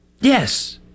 yes